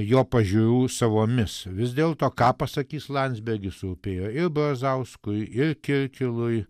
jo pažiūrų savomis vis dėlto ką pasakys landsbergis rūpėjo ir brazauskui ir kirkilui